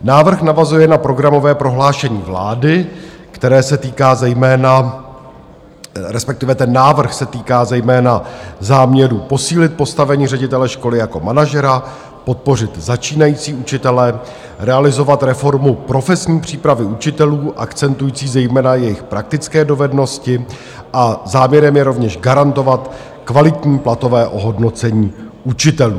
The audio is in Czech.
Návrh navazuje na programové prohlášení vlády, které se týká zejména respektive ten návrh se týká zejména záměru posílit postavení ředitele školy jako manažera, podpořit začínající učitele, realizovat reformu profesní přípravy učitelů akcentující zejména jejich praktické dovednosti, a záměrem je rovněž garantovat kvalitní platové ohodnocení učitelů.